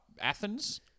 Athens